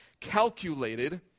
calculated